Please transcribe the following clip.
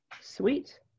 Sweet